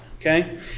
Okay